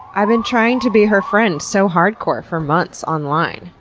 i've been trying to be her friend so hardcore for months online.